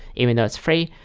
even though it's free.